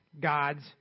God's